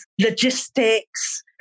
logistics